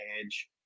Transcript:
edge